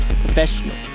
professional